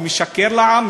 הוא משקר לעם,